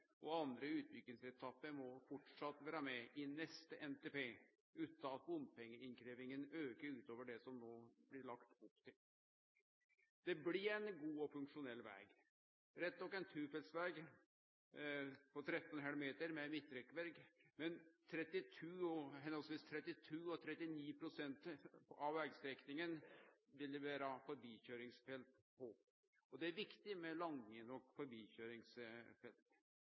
og andre utbyggingsetappe må framleis vere med i neste NTP, utan at bompengeinnkrevjinga aukar utover det som det no blir lagt opp til. Det blir ein god og funksjonell veg – rett nok ein tofelts veg på 13,5 m med midtrekkverk – og på høvesvis 32 og 39 pst. av vegstrekninga vil det vere forbikøyringsfelt. Det er viktig med lange nok forbikøyringsfelt.